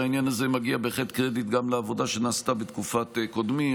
על העניין הזה מגיע בהחלט קרדיט גם לעבודה שנעשתה בתקופת קודמי,